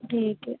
ठीक है